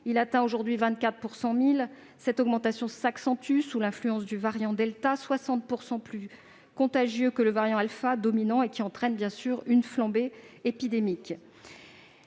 atteindre aujourd'hui 24 pour 100 000. Cette augmentation s'accentue sous l'influence du variant delta, 60 % plus contagieux que le variant alpha dominant, ce qui entraîne une flambée épidémique.